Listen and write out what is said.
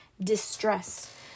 distress